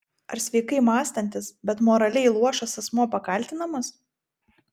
ar sveikai mąstantis bet moraliai luošas asmuo pakaltinamas